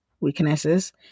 weaknesses